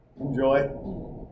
enjoy